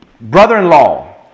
brother-in-law